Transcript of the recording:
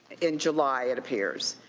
in july it appears.